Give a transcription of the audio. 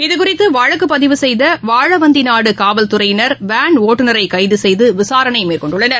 இதுகுறித்துவழக்குபதிவு செய்தவாழவந்திநாடுகாவல்துறையினர் வேன் ஒட்டுநரைகைதுசெய்துவிசாரணைமேற்கொண்டுள்ளனர்